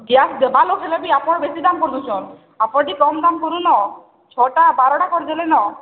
gas ଦେବା ଲଗାଲେ ବି ଆପଣ ବେଶୀ ଦାମ କରିଦଉଛନ୍ ଆପଣ ଟିକେ କମ୍ ଦାମ କରୁନ ଛଅଟା ବାରଟା କରିଦେଲେ ନ